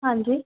ਹਾਂਜੀ